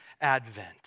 advent